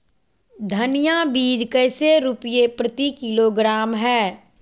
धनिया बीज कैसे रुपए प्रति किलोग्राम है?